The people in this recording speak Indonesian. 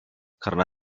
karena